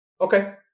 okay